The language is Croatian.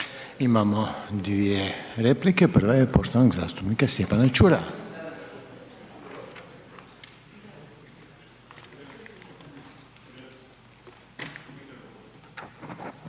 Imamo dvije replike. Prva je poštovanog zastupnika Stjepana Čuraja.